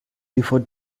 before